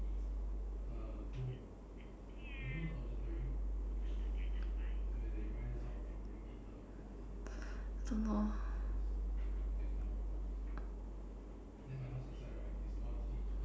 don't know